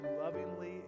lovingly